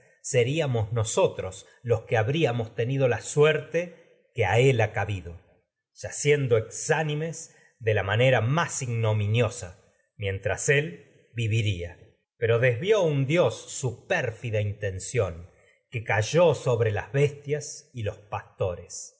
seríamos nosotros los que habríamos tenido la suerte que a él ha cabido yaciendo exánimes de la manera más ignominiosa mientras el viviría pero desvió un dios su pérfida tores intención que cayó es sobre las bestias no y los